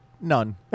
none